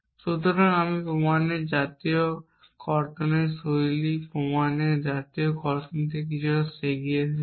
সুতরাং আমি প্রমাণের জাতীয় কর্তনের শৈলীতে প্রমাণের জাতীয় কর্তন থেকে কিছুটা এগিয়েছি